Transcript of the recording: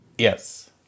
Yes